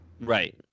Right